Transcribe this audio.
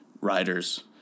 riders